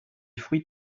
fruits